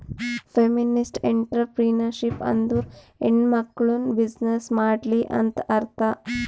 feminist entrepreneurship ಅಂದುರ್ ಹೆಣ್ಮಕುಳ್ನೂ business ಮಾಡ್ಲಿ ಅಂತ್ ಅರ್ಥಾ